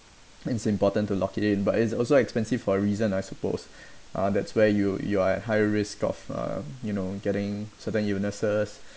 it's important to lock it in but it's also expensive for reason I suppose uh that's where you you are at higher risk of uh you know getting certain illnesses